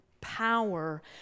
power